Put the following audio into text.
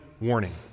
warning